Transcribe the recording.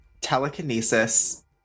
telekinesis